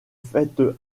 faites